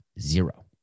zero